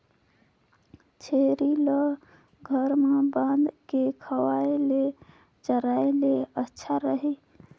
छेरी ल घर म बांध के खवाय ले चराय ले अच्छा रही?